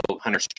Hunter